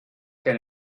can